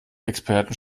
experten